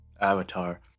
avatar